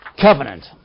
Covenant